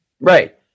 Right